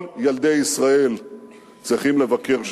כל ילדי ישראל צריכים לבקר שם.